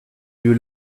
eut